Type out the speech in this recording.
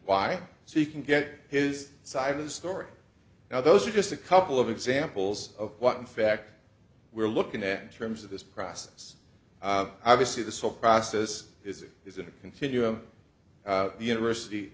by so you can get his side of the story now those are just a couple of examples of what in fact we're looking at terms of this process obviously this whole process is it is in a continuum university